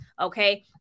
okay